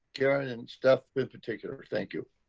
karen and stuff in particular. thank you.